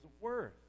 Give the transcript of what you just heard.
worth